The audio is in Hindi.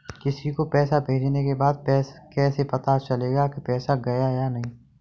किसी को पैसे भेजने के बाद कैसे पता चलेगा कि पैसे गए या नहीं?